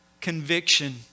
conviction